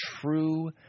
true